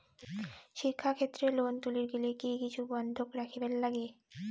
শিক্ষাক্ষেত্রে লোন তুলির গেলে কি কিছু বন্ধক রাখিবার লাগে?